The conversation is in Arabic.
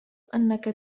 أنك